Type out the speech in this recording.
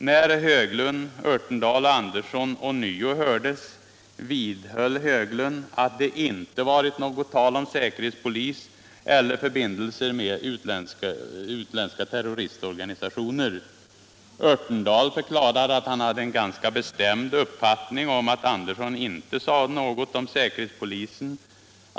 När Höglund, Örtendahl och Andersson ånyo hördes vidhöll Höglund att det inte varit något tal om säkerhetspolis eller förbindelser med utländska terroristorganisationer. Örtendah! förklarade att han hade en ganska bestämd uppfattning om att Andersson inte sade något om säkerhetspolisen.